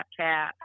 Snapchat